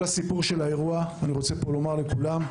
אני רוצה לומר לכולם,